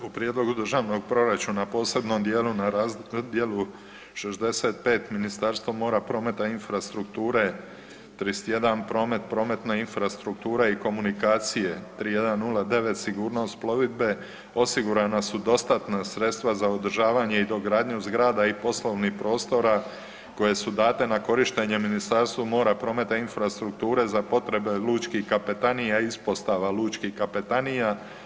U prijedlogu državnog proračuna posebnom dijelu na razdjelu 65 Ministarstvo mora, prometa i infrastrukture 31 promet, prometna infrastruktura i komunikacije 3109 sigurnost plovidbe osigurana su dostatna sredstva za održavanje i dogradnju zgrada i poslovnih prostora koje su date na korištenje Ministarstvu mora, prometa i infrastrukture za potrebe lučkih kapetanija ispostava lučkih kapetanija.